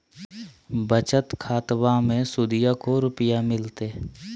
बचत खाताबा मे सुदीया को रूपया मिलते?